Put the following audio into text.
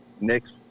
next